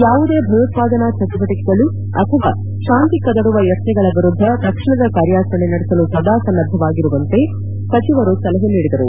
ಯಾವುದೇ ಭಯೋತ್ಪಾದನಾ ಚಟುವಟಿಕೆಗಳು ಅಥವ ಶಾಂತಿ ಕದಡುವ ಯತ್ನಗಳ ವಿರುದ್ದ ತಕ್ಷಣದ ಕಾರ್ಯಾಚರಣೆ ನಡೆಸಲು ಸದಾ ಸನ್ನದ್ದರಾಗಿರುವಂತೆ ಸಚಿವರು ಸಲಹೆ ನೀಡಿದರು